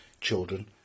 children